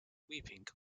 weeping